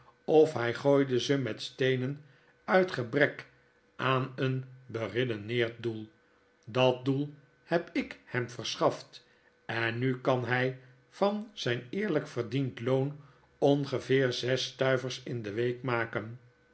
of hy gooide ze met steenen uit gebrek aan een beredeneerd doel dat doel heb ik hem verschaft en nu kan hy van zijn eerlijk verdiend loon ongeveer zes stuivers in de week maken